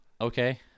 okay